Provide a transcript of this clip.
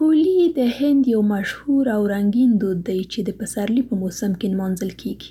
هولي د هند یو مشهور او رنګین دود دی چې د پسرلي په موسم کې نمانځل کیږي.